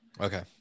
Okay